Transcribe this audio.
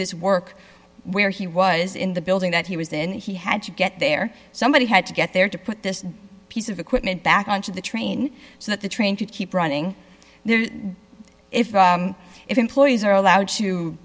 this work where he was in the building that he was there and he had to get there somebody had to get there to put this piece of equipment back onto the train so that the train to keep running there if its employees are allowed to